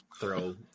throw